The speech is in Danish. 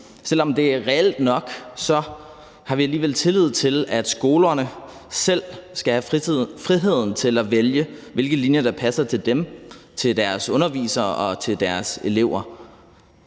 selv om det er reelt nok, har vi alligevel tillid til skolerne og mener, at de selv skal have friheden til at vælge, hvilke linjer der passer til dem, til deres undervisere og til deres elever.